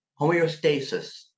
homeostasis